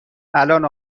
الان